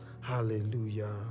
hallelujah